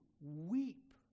weep